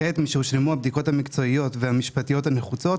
כעת משהושלמו הבדיקות המקצועיות והמשפטיות הנחוצות,